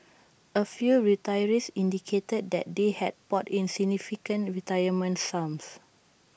A few retirees indicated that they had poured in significant retirement sums